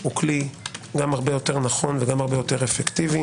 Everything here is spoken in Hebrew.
הוא כלי גם הרבה יותר נכון וגם הרבה יותר אפקטיבי.